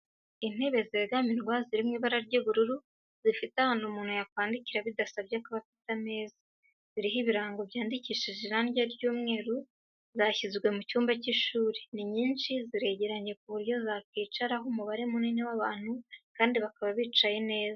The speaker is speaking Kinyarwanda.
Intebe zegamirwa ziri mu ibara ry'ubururu, zifite ahantu umuntu yakwandikira bidasabye ko aba afite ameza ziriho ibirango byandikishije irangi ry'umweru zashyizwe mu cyumba cy'ishuri, ni nyinshi ziregaranye ku buryo zakwicaraho umubare munini w'abantu kandi bakaba bicaye neza.